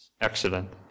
excellent